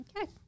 Okay